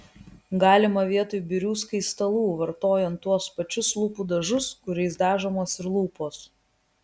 galima vietoj birių skaistalų vartojant tuos pačius lūpų dažus kuriais dažomos ir lūpos